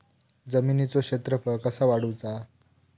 जमिनीचो क्षेत्रफळ कसा काढुचा?